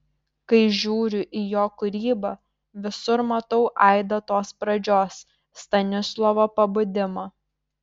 kai žiūriu į jo kūrybą visur matau aidą tos pradžios stanislovo pabudimą